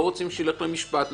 לא רוצים שיילך למשפט,